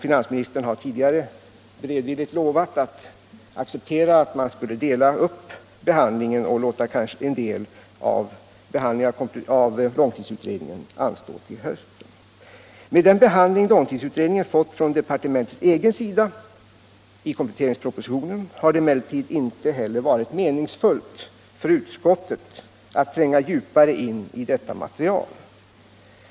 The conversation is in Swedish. Finansministern har tidigare beredvilligt lovat att acceptera att man skulle dela upp behandlingen av långtidsutredningen och låta en del anstå till hösten. Med den behandling långtidsutredningen fått från departementets egen sida i kompletteringspropositionen har det emellertid inte heller varit meningsfullt för utskottet att tränga djupare in i detta material.